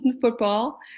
football